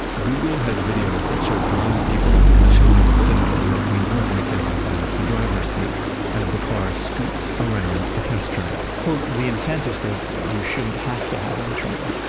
google has videos that show blind people and children sitting in what we normally think of as the driver's seat as the car scoots around a test track well, the intent is that you shouldn't have to have any training.